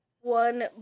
one